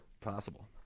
possible